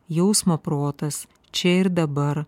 jausmo protas čia ir dabar